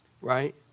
Right